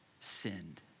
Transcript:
sinned